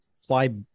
fly